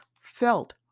felt